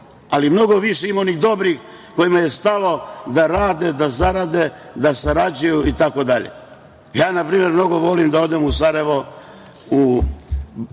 ali mnogo više ima onih dobrih kojima je stalo da rade, da zarade, da sarađuju itd. Na primer, ja mnogo volim da odem u Sarajevo, u